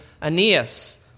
Aeneas